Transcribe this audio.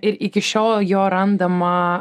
ir iki šiol jo randama